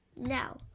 now